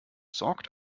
sorgt